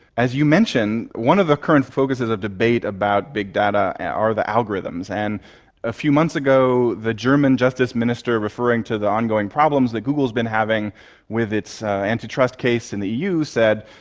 as you mentioned, one of the current focuses of debate about big data are the algorithms, and a few months ago the german justice minister referring to the ongoing problems that google has been having with its anti-trust case in the eu said,